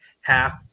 half